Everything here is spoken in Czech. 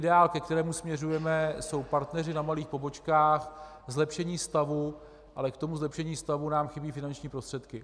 Ideál, ke kterému směřujeme, jsou partneři na malých pobočkách, zlepšení stavu, ale k zlepšení stavu nám chybí finanční prostředky.